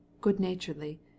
good-naturedly